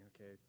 okay